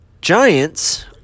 Giants